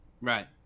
Right